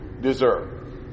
deserve